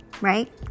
Right